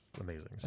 amazing